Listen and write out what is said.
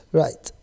right